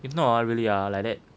if not ah really ah like that